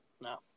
No